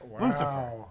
Lucifer